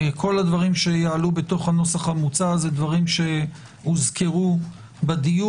כל הדברים שעלו בתוך הנוסח המוצע הם דברים שהוזכרו בדיון,